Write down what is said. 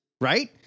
right